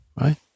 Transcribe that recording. right